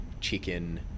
chicken